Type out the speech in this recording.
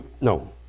no